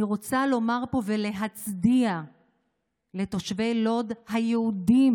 אני רוצה לומר פה ולהצדיע לתושבי לוד היהודים,